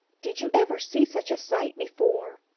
did you ever see such a sight before?